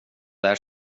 lär